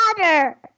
Water